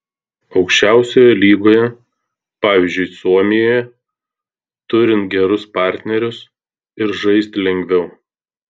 aukščiausioje lygoje pavyzdžiui suomijoje turint gerus partnerius ir žaisti lengviau